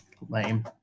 lame